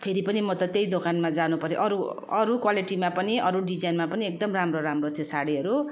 फेरि पनि म त त्यही दोकानमा जानु पऱ्यो अरू अरू क्वालिटी पनि अरू डिजाइनमा पनि एकदम राम्रो राम्रो थियो साडीहरू